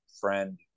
friend